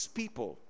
people